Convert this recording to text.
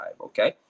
okay